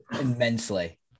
immensely